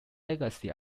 legacy